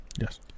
Yes